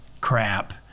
crap